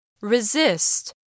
Resist